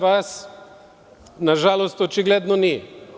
Vas, nažalost, očigledno nije.